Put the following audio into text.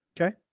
Okay